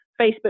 Facebook